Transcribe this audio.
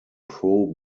pro